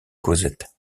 cosette